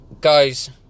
guys